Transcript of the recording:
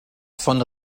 von